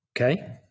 Okay